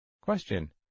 Question